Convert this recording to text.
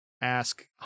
ask